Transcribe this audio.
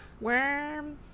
Worm